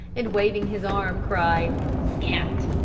and, waving his arm, cried, scat!